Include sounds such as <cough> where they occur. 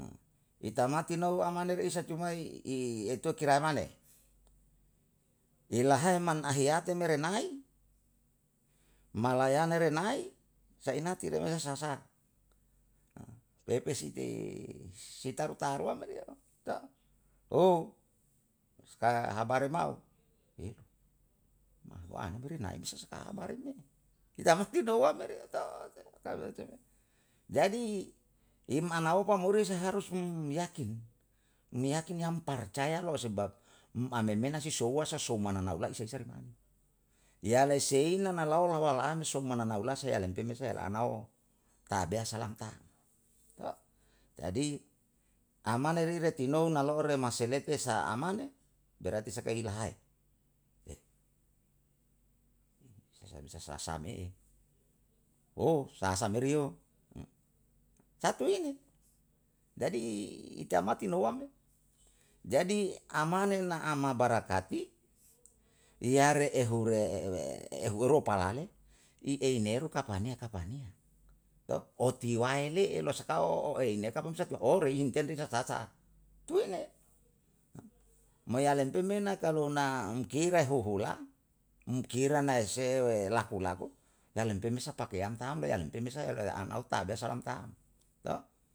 I tamati nolu amaner isa cuma i etue kira mane. I lahae man ahiyate me renai, malayane renai, sainati remasa sa'a saat. <hesitation> peipesi <hesitation> si taru taru ambel iyao <hesitation> <unintelligible> suka habare mau <hesitation> mahu an biri naimsa sakabare ini. Hita bukti nouhua merio <hesitation> jadi im anaopa mo rie seharus um yakin. Um yakin yang parcaya la ose <hesitation> um amemena si suowa sou mananau la'i saisali mane. Yale seina nalao hau lala ano soumanau lasa yalempe me se la anao tabea salam tau <hesitation> jadi amane rei re tinou na lo'o remaselete sa amane, bererti sakai lahae <hesitation> sasa bisa sa'a me'e <hesitation> sasa meriyo <hesitation> satu ini, jadi i tamati nouwa me, jadi amane na ama barakati yare ehure <hesitation> ehuwero pala <hesitation> i einero kapaniya kapaniya <hesitation> oti wae le'elo sakao <hesitation> ineka pung saja <hesitation> re intel lisa sa sa, tue ne. <hesitation> mo yalem pe na kalu na um kirae huhula, um kira na se'e <hesitation> lahu laku, <hesitation> yalen pemesa pake yam tambelan, pemesa <hesitation> ana'u tabea salam taam <hesitation>